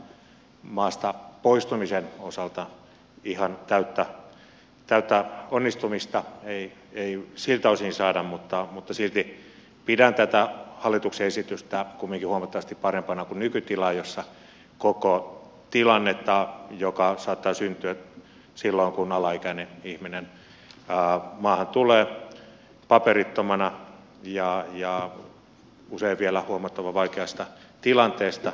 ainoastaan maasta poistumisen osalta alaikäisten osalta ihan täyttä onnistumista ei saada mutta silti pidän tätä hallituksen esitystä kumminkin huomattavasti parempana kuin nykytilaa tilanteessa joka saattaa syntyä silloin kun alaikäinen ihminen maahan tulee paperittomana ja usein vielä huomattavan vaikeasta tilanteesta